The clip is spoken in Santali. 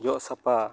ᱡᱚᱜ ᱥᱟᱯᱟ